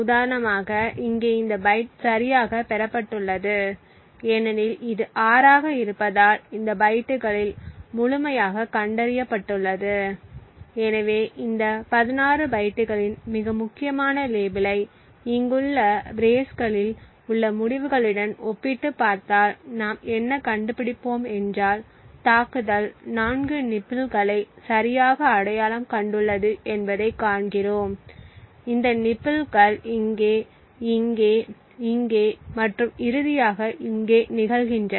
உதாரணமாக இங்கே இந்த பைட் சரியாகப் பெறப்பட்டுள்ளது ஏனெனில் இது 6 ஆக இருப்பதால் இந்த பைட்டுகளில் முழுமையாகக் கண்டறியப்பட்டுள்ளது எனவே இந்த 16 பைட்டுகளின் மிக முக்கியமான லேபிளை இங்குள்ள பிரேஸ்களில் உள்ள முடிவுகளுடன் ஒப்பிட்டுப் பார்த்தால் நாம் என்ன கண்டுபிடிப்போம் என்றால் தாக்குதல் 4 நிபில்களை சரியாக அடையாளம் கண்டுள்ளது என்பதைக் காண்கிறோம் இந்த நிபில்கள் இங்கே இங்கே இங்கே மற்றும் இறுதியாக இங்கே நிகழ்கின்றன